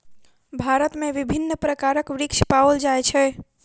भारत में विभिन्न प्रकारक वृक्ष पाओल जाय छै